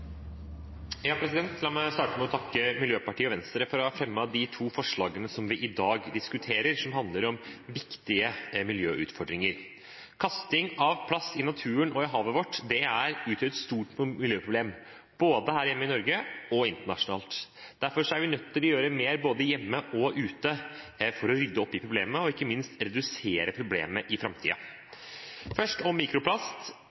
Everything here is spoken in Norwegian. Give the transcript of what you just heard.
vi i dag diskuterer, og som handler om viktige miljøutfordringer. Kasting av plast i naturen og havet utgjør et stort miljøproblem både her hjemme i Norge og internasjonalt. Derfor er vi nødt til å gjøre mer både hjemme og ute for å rydde opp i problemene og ikke minst redusere problemene i